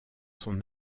son